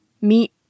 Meet